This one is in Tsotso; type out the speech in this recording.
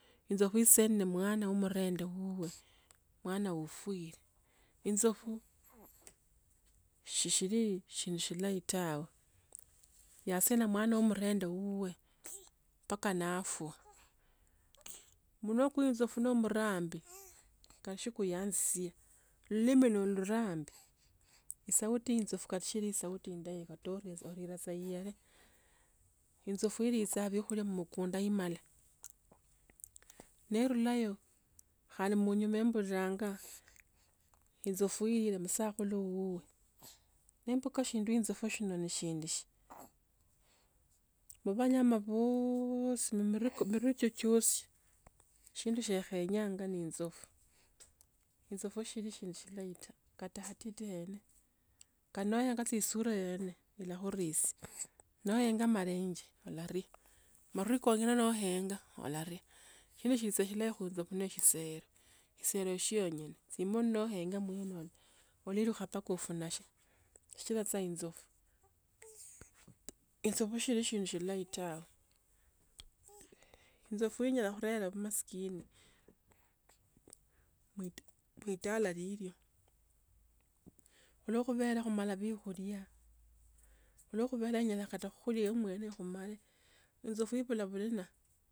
Insofu isani omosana wo murenda bubwe omwana upwire, insofu, shishiri sindu silahi tawi. Yasane omwani wa muranda wuwa paka nafwa. Munwa kwa insofu no murambi, kata shilikho esauti endaita kata orira tsa yale. Insofu elichanga biokhulia mmukonde emalle. Nerurayo khandi munyuma buriranga, insofu lire musakhulu wuwe. Nembuka shindu insofu shino ni shindushi. Mubanyama booosi mi miriku miruka chiosi, sindu siekhenyanga ni insofu. Insofu shili shindu shilahi ta kata khatiti khene. Kanoe nga esura yene ilakhurisia. Noenga molenye olaria, marui kongene noenga, olaria shindu sili tsa shilahi khu insofu ne shisero. Tsimani noenga muene umo, ulahilukoha mpaka ofunashi shikila tsa insofu Insofu shili sindi shilahi tawi. Inzo fwi nya khurela bimaskini, mui- muitala lilio, khulo khubela khumala biokhulia, khulo khubela enyala kata khukhulia omwene ekhumali, fwenzo fui fulabhulina.